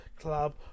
club